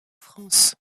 france